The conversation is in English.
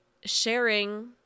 sharing